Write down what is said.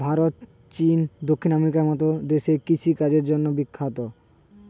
ভারত, চীন, দক্ষিণ আমেরিকার মতো দেশ কৃষি কাজের জন্যে বিখ্যাত